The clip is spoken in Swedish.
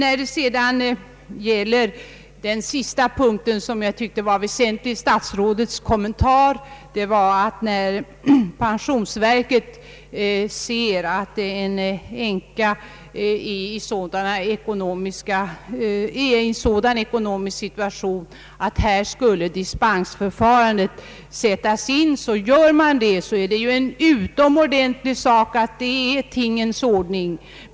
Beträffande den sista punkten i statsrådets kommentar, nämligen att pensionsverket tillämpar dispensförfarandet när man ser att en änka är i en sådan ekonomisk situation att detta förfarande kan tillämpas, vill jag säga att det är en utomordentlig tingens ordning.